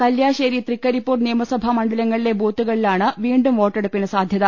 കല്യാ ശ്ശേരി തൃക്കരിപ്പൂർ നിയമസഭാ മണ്ഡലങ്ങളിലെ ബൂത്തുകളിലാണ് വീണ്ടും വോട്ടെടുപ്പിന് സാധ്യത